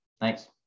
Thanks